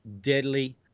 deadly